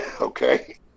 Okay